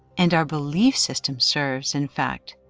and our belief system serves, in fact,